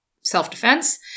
self-defense